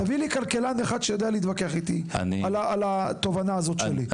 תביא לי כלכלן אחד שיודע להתווכח איתי על התובנה הזאת שלי.